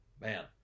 man